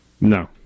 No